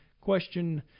question